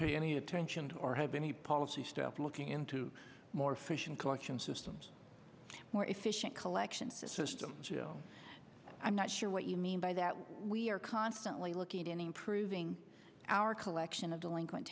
pay any attention or have any policy staff looking into more efficient collection systems more efficient collection systems i'm not sure what you mean by that we are constantly looking at in improving our collection of delinquent